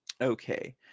Okay